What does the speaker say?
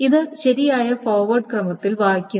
ഇത് ശരിയായ ഫോർവേഡ് ക്രമത്തിൽ വായിക്കുന്നു